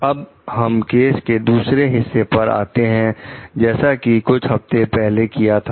अब हम केस के दूसरे हिस्से पर आते हैंजैसा कि कुछ हफ्ते पहले किया था